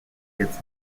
gets